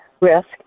risk